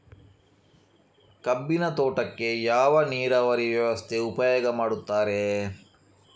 ಕಬ್ಬಿನ ತೋಟಕ್ಕೆ ಯಾವ ನೀರಾವರಿ ವ್ಯವಸ್ಥೆ ಉಪಯೋಗ ಮಾಡುತ್ತಾರೆ?